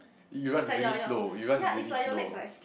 you run really slow you run really slow